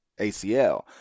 ACL